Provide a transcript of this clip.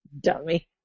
Dummy